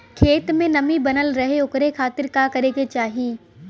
खेत में नमी बनल रहे ओकरे खाती का करे के चाही?